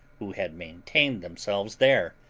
who had maintained themselves there,